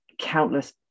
countless